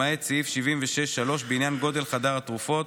למעט סעיף 76(3), בעניין גודל חדר תרופות.